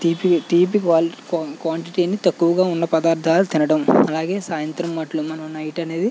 తీపి తీపి క్వాలి క్వాంటిటీని తక్కువగా ఉన్న పదార్ధాలు తినటం అలాగే సాయంత్రం అలా మనం నైట్ అనేది